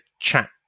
chat